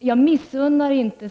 höjer rösten i det sammanhanget.